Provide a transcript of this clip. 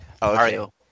Mario